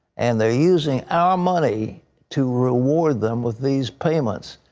and they're using our money to reward them with these payments.